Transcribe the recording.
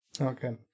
Okay